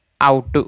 out